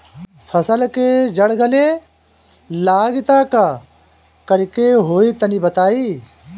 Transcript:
फसल के जड़ गले लागि त का करेके होई तनि बताई?